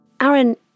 Aaron